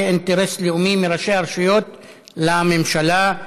אינטרס לאומי מראשי הרשויות המקומיות לממשלה,